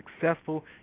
successful